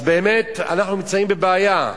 אז באמת אנחנו נמצאים בבעיה.